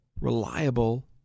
reliable